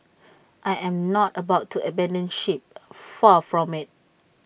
I am not about to abandon ship far from IT